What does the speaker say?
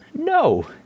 No